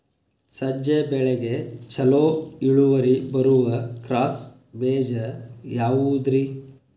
ಸಜ್ಜೆ ಬೆಳೆಗೆ ಛಲೋ ಇಳುವರಿ ಬರುವ ಕ್ರಾಸ್ ಬೇಜ ಯಾವುದ್ರಿ?